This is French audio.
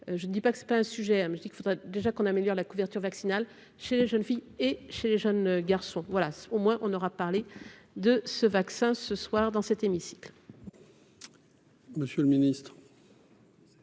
je ne dis pas que c'est pas un sujet mais je dis qu'il faudrait déjà qu'on améliore la couverture vaccinale chez les jeunes filles et chez les jeunes garçons, voilà au moins on aura parlé de ce vaccin, ce soir, dans cet hémicycle. Monsieur le Ministre.